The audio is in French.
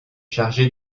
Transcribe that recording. chargé